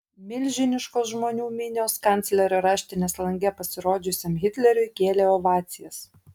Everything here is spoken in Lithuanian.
milžiniškos žmonių minios kanclerio raštinės lange pasirodžiusiam hitleriui kėlė ovacijas